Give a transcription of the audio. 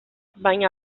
baina